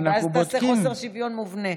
ואז אתה עושה חוסר שוויון מובנה.